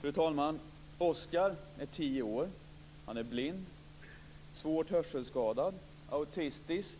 Fru talman! Oskar är tio år. Han är blind, svårt hörselskadad, autistisk